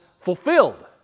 fulfilled